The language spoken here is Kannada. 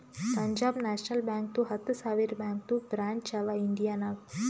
ಪಂಜಾಬ್ ನ್ಯಾಷನಲ್ ಬ್ಯಾಂಕ್ದು ಹತ್ತ ಸಾವಿರ ಬ್ಯಾಂಕದು ಬ್ರ್ಯಾಂಚ್ ಅವಾ ಇಂಡಿಯಾ ನಾಗ್